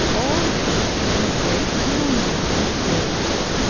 all this and a great deal more he told us,